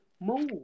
move